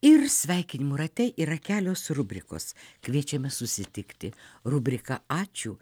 ir sveikinimų rate yra kelios rubrikos kviečiame susitikti rubriką ačiū